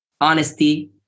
honesty